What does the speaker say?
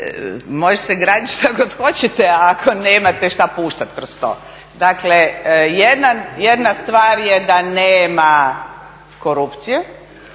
može se graditi šta god hoćete ako nemate šta puštat kroz to. Dakle jedna stvar je da nema korupcije,